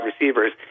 receivers